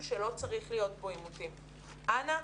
שלא צריך להיות עליו עימותים אבל אנא,